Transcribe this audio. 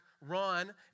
run